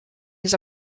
his